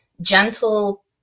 gentle